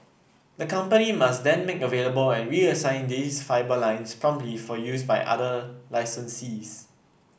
the company must then make available and reassign these fibre lines promptly for use by other licensees